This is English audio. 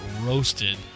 roasted